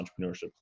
entrepreneurship